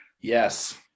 Yes